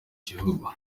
gihugu